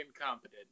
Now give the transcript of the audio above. incompetent